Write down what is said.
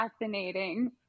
fascinating